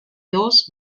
dos